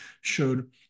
showed